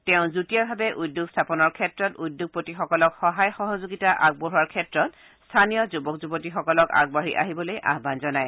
তেওঁ যুটীয়াভাৱে উদ্যোগ স্থাপনৰ ক্ষেত্ৰত উদ্যোগপতিসকলক সহায় সহযোগিতা আগবঢ়োৱাৰ ক্ষেত্ৰত স্থানীয় যুৱক যুৱতীসকলক আগবাঢ়ি আহিবলৈ আহান জনায়